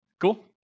Cool